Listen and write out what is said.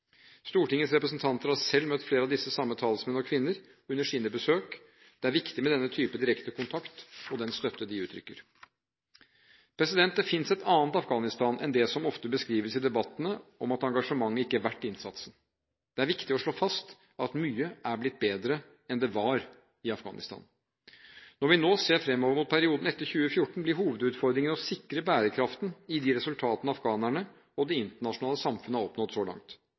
Stortingets representanter har selv møtt flere av disse samme talsmenn og -kvinner under sine besøk. Det er viktig med denne type direkte kontakt og den støtte de uttrykker. Det finnes et annet Afghanistan enn det som ofte beskrives i debattene, at engasjementet ikke er verdt innsatsen. Det er viktig å slå fast at mye er blitt bedre enn det var i Afghanistan. Når vi nå ser fremover mot perioden etter 2014, blir hovedutfordringen å sikre bærekraften i de resultatene afghanerne og det internasjonale samfunn har oppnådd så langt.